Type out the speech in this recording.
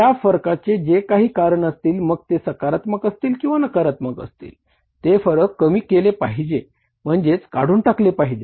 त्या फरकाचे जे काही कारण असतील मग ते सकारात्मक असतील किंवा नकारात्मक असतील ते फरक कमी केले पाहिजे म्हणजेच काढून टाकले पाहिजे